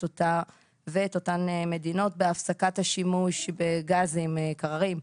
אותה ואת אותן מדינות בהפסקת השימוש בגזים מקררים,